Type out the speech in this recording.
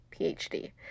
PhD